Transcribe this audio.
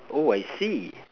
oh I see